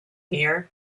here